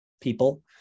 people